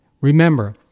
Remember